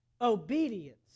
obedience